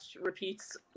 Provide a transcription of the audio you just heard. repeats